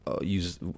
use